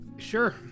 Sure